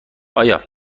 آیا